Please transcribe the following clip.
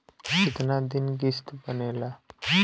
कितना दिन किस्त बनेला?